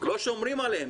לא שומרים עליהם,